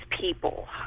people